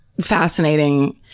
fascinating